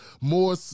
more